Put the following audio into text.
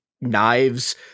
knives